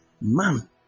Man